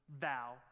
vow